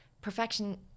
perfection